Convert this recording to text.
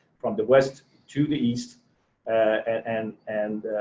from the west to the east and and